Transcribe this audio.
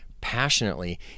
passionately